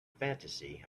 fantasy